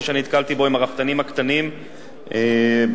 שנתקלתי בו כלפי הרפתנים הקטנים במושבים,